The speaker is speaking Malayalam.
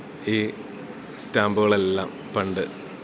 ഈ സ്റ്റാമ്പുകളെല്ലാം പണ്ട്